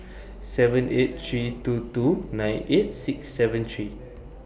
seven eight three two two nine eight six seven three